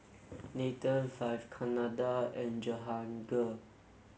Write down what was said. Nathan Vivekananda and Jehangirr